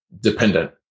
dependent